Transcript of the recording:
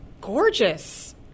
gorgeous